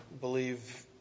believe